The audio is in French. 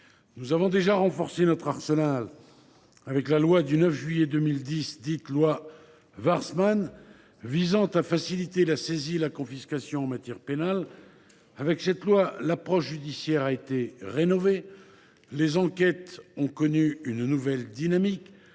Nous avons déjà renforcé notre arsenal avec la loi du 9 juillet 2010 visant à faciliter la saisie et la confiscation en matière pénale, dite loi Warsmann. Avec cette loi, l’approche judiciaire a été rénovée. Les enquêtes ont connu une nouvelle dynamique.